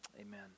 Amen